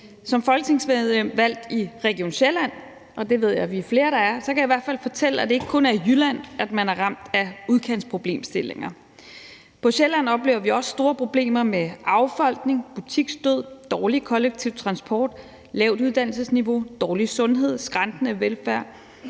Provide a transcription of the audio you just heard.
Som folketingsmedlem valgt i Region Sjælland, og det ved jeg vi er flere der er, kan jeg i hvert fald fortælle, at det ikke kun er i Jylland, at man er ramt af udkantsproblemstillinger. På Sjælland oplever vi også store problemer med affolkning, butiksdød, dårlig kollektiv transport, lavt uddannelsesniveau, dårlig sundhed, skrantende velfærd